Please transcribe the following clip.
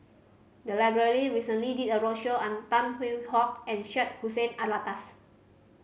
the library recently did a roadshow on Tan Hwee Hock and Syed Hussein Alatas